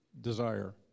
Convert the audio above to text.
desire